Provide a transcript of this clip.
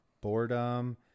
boredom